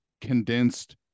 condensed